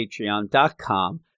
patreon.com